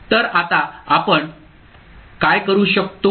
तर आता आपण काय करू शकतो